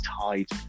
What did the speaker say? tied